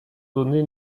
donné